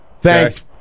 Thanks